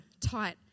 tight